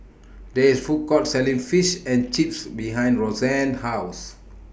There IS Food Court Selling Fish and Chips behind Roxann's House